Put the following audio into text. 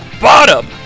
bottom